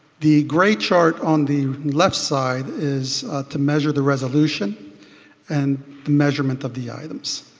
the gray chart on the left side is to measure the resolution and the measurement of the items.